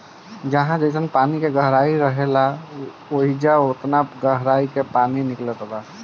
जहाँ जइसन पानी के गहराई रहे, ओइजा ओतना गहराई मे पानी निकलत बा